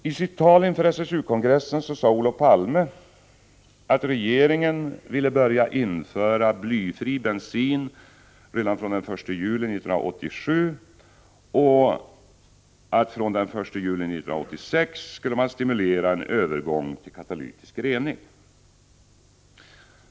I sitt tal inför SSU-kongressen sade Olof Palme att regeringen ville börja införa blyfri bensin redan från den 1 juli 1987 och att man från den 1 juli 1986 skulle stimulera en övergång till katalytisk rening.